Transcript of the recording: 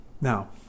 Now